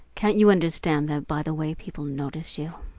can't you understand that by the way people notice you?